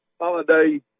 holiday